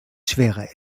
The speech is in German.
schwerer